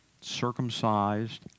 circumcised